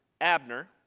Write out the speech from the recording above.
Abner